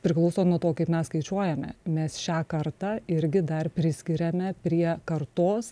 priklauso nuo to kaip mes skaičiuojame mes šią kartą irgi dar priskiriame prie kartos